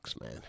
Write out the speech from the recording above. Man